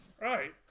Right